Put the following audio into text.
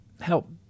help